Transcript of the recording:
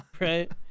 Right